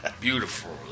Beautiful